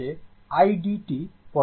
একইভাবে voltage V অ্যাভারেজের জন্য